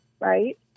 Right